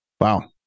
Wow